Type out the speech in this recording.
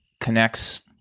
connects